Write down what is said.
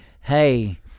hey